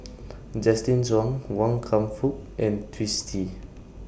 Justin Zhuang Wan Kam Fook and Twisstii